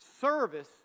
service